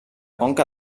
conca